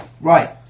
Right